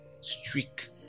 streak